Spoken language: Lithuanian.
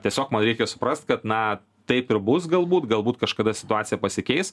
tiesiog man reikia suprast kad na taip ir bus galbūt galbūt kažkada situacija pasikeis